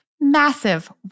massive